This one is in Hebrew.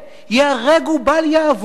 ייהרג ובל יעבור,